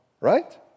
right